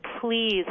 please